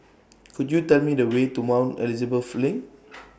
Could YOU Tell Me The Way to Mount Elizabeth LINK